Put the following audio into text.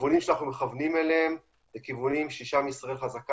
הכיוונים שאנחנו מכוונים אליהם הם הכיוונים ששם ישראל חזקה,